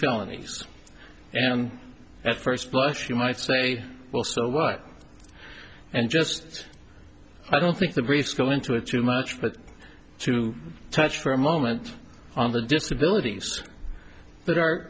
felonies and at first blush you might say well so what and just i don't think the briefs go into it too much but to touch for a moment on the disabilities that are